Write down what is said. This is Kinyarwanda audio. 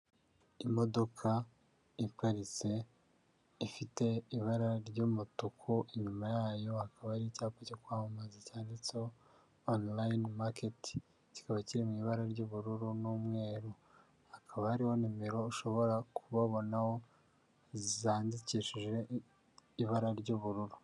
imodoka iparitse ifite ibara ry'umutuku inyuma yayo hakaba ari icyapa cyo kwamamaza cyanditseho, online market kikaba kiri mu ibara ry'ubururu n'umweru hakaba hariho nimero ushobora kubabonaho zandikishije ibara ry'ubururu.